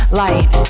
light